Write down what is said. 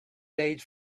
made